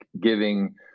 giving